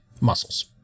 muscles